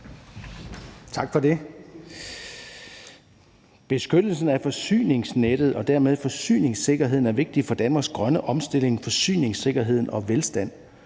Tak for det. Beskyttelsen af forsyningsnettet og dermed forsyningssikkerheden er vigtig for Danmarks grønne omstilling, forsyningssikkerhed og velstand.